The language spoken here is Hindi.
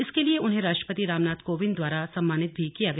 इसके लिए उन्हें राष्ट्रपति रामनाथ कोविंद द्वारा सम्मानित भी किया गया